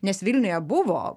nes vilniuje buvo